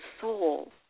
soul